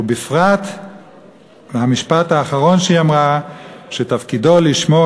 ובפרט המשפט האחרון שהיא אמרה על התפקיד לשמור